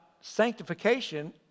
sanctification